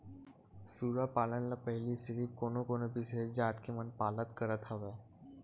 सूरा पालन ल पहिली सिरिफ कोनो कोनो बिसेस जात के मन पालत करत हवय